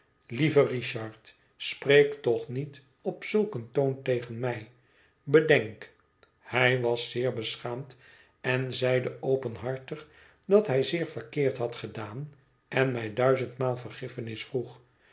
lieve richard spreek toch niet op zulk een toon tegen mij bedenk hij was zeer beschaamd en zeide openhartig dat hij zeer verkeerd had gedaan en mij duizendmaal vergiffenis vroeg